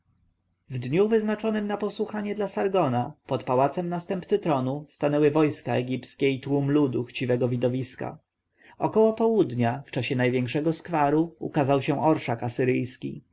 w dniu wyznaczonym na posłuchanie dla sargona pod pałacem następcy tronu stanęły wojska egipskie i tłum ludu chciwego widowisk około południa w czasie największego skwaru ukazał się orszak asyryjski